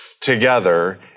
together